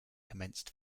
commenced